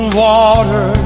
water